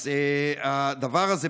אז הדבר הזה,